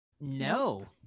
No